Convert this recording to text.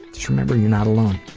just remember you're not alone.